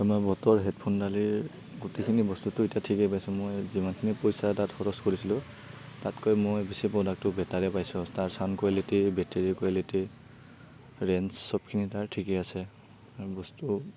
মই বট'ৰ হেডফোনডালেই গোটেইখিনি বস্তুটো এতিয়া ঠিকেই পাইছোঁ মই যিমানখিনি পইচা তাত খৰচ কৰিছিলোঁ তাতকৈ মই বেছি প্ৰডাক্টটো বেটাৰে পাইছোঁ তাৰ sound quality battery quality range চবখিনি তাৰ ঠিকে আছে আৰু বস্তুও